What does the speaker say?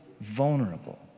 vulnerable